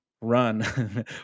run